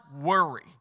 worry